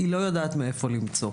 והיא לא יודעת מאיפה למצוא,